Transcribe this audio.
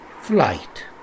FLIGHT